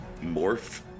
morph